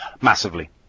Massively